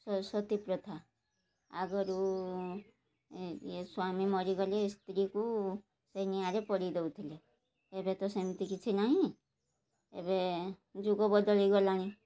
ସତୀପ୍ରଥା ଆଗରୁ ଇଏ ସ୍ୱାମୀ ମରିଗଲେ ସ୍ତ୍ରୀକୁ ସେ ନିଆଁରେ ପୋଡ଼ି ଦେଉଥିଲେ ଏବେ ତ ସେମିତି କିଛି ନାହିଁ ଏବେ ଯୁଗ ବଦଳି ଗଲାଣି